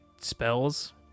spells